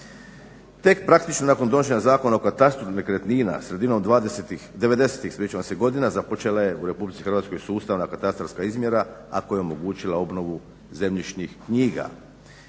Tek praktično nakon donošenja Zakona o katastru nekretnina sredinom 90.godina započela je u Republici Hrvatskoj sustavna katastarska izmjera, a koja je omogućila obnovu zemljišnih knjiga.